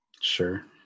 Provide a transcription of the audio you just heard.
Sure